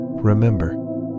remember